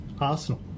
arsenal